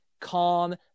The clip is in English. calm